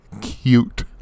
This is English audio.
cute